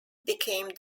became